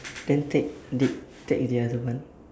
then take take take the other one